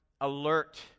alert